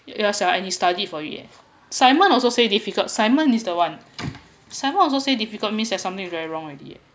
yeah sia and he study for it eh simon also say difficult simon is the one simon also say difficult means that something is very wrong already eh